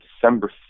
December